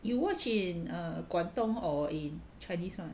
you watch in err 广东 or in chinese [one]